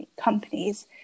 companies